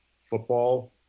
football